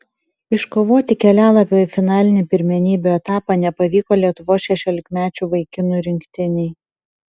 iškovoti kelialapio į finalinį pirmenybių etapą nepavyko lietuvos šešiolikmečių vaikinų rinktinei